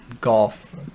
golf